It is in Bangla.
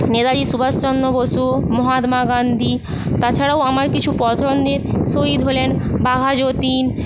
নেতাজি সুভাষ চন্দ্র বসু মহাত্মা গান্ধী তাছাড়াও আমার কিছু পছন্দের শহীদ হলেন বাঘাযতীন